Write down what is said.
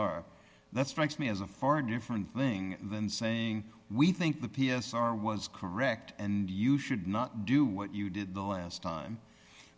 r that strikes me as a far different thing than saying we think the p s r was correct and you should not do what you did the last time